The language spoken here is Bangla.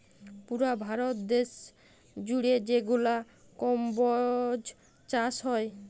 পুরা ভারত দ্যাশ জুইড়ে যেগলা কম্বজ চাষ হ্যয়